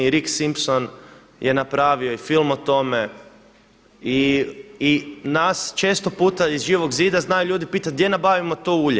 Rick Simpson je napravio i film o tome i nas često čuta iz Živog zida znaju ljudi pitati gdje nabavimo to ulje?